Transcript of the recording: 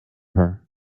her